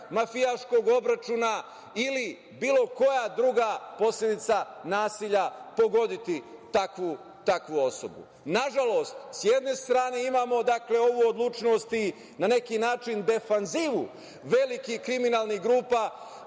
mafijaškog obračuna ili bilo koja druga posledica nasilja pogoditi takvu osobu. Nažalost, s jedne strane imamo ovu odlučnost i na neki način defanzivu velikih kriminalnih grupa,